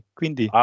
quindi